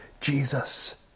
Jesus